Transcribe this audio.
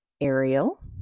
Ariel